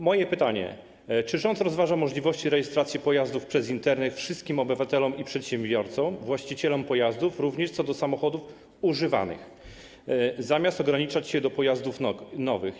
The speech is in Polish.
Moje pytanie: Czy rząd rozważa umożliwienie rejestracji pojazdów przez Internet wszystkim obywatelom i przedsiębiorcom, właścicielom pojazdów, również co do samochodów używanych, zamiast ograniczać się do pojazdów nowych?